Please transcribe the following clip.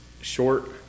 Short